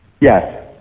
Yes